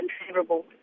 unfavorable